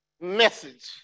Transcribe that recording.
message